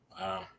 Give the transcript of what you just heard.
Wow